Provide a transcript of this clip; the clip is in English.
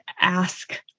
ask